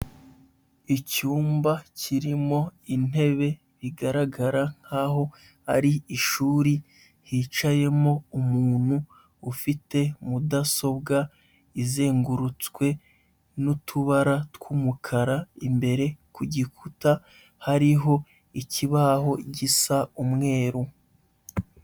Icyumba kirimo intebe bigaragara nk'aho ari ishuri, hicayemo umuntu ufite mudasobwa izengurutswe n'utubara tw'umukara, imbere ku gikuta hariho ikibaho gisa umweru.